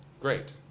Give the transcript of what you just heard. Great